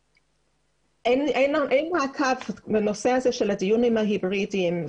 אין מעקב בנושא הזה של הדיון לגבי ההיברידיים.